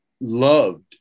loved